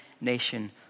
nation